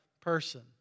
person